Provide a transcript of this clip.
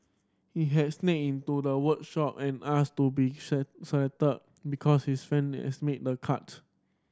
he had sneaked into the workshop and asked to be selected because his friend they has made the cut